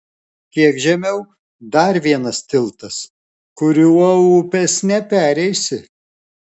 kiek žemiau dar vienas tiltas kuriuo upės nepereisi